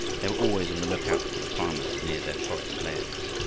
they were always on the lookout for the farmers near their forest lairs.